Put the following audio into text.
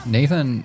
Nathan